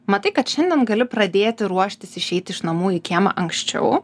matai kad šiandien gali pradėti ruoštis išeiti iš namų į kiemą anksčiau